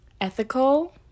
ethical